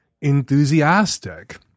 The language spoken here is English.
enthusiastic